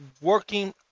working